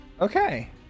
okay